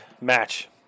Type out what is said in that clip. match